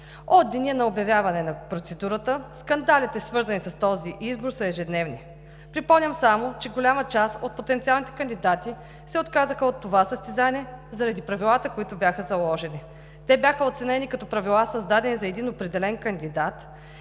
От деня на обявяване на процедурата скандалите, свързани с този избор, са ежедневни. Припомням само, че голяма част от потенциалните кандидати се отказаха от това състезание заради правилата, които бяха заложени. Те бяха оценени като правила, създадени за един определен кандидат,